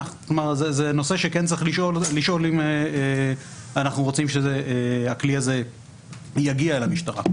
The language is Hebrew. זה נושא שצריך לשאול אם אנחנו רוצים שהכלי הזה יגיע למשטרה.